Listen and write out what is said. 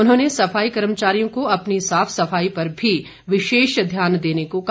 उन्होंने सफाई कर्मचारियों को अपनी साफ सफाई पर भी विशेष ध्यान देने को कहा